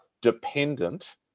dependent